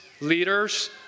Leaders